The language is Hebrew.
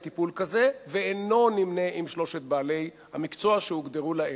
טיפול כזה ואינו נמנה עם שלושת בעלי המקצוע שהוגדרו לעיל.